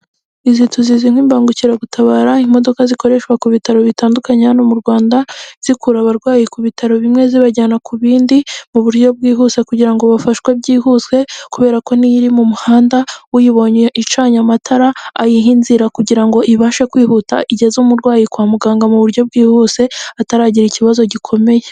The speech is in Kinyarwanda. Izi tuzizi nk'imbangukiragutabara, imodoka zikoreshwa ku bitaro bitandukanye, hano mu Rwanda zikura abarwayi ku bitaro bimwe zibajyana ku bindi mu buryo bwihuse, kugira ngo bafashwe byihuse kubera ko niyo iri mu muhanda uyibonye icanye amatara ayiha inzira, kugira ngo ibashe kwihuta igeze umurwayi kwa muganga mu buryo bwihuse, ataragira ikibazo gikomeye.